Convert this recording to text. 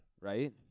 right